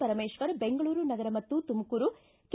ಪರಮೇಶ್ವರ್ ಬೆಂಗಳೂರು ನಗರ ಮತ್ತು ತುಮಕೂರ್ ಕೆ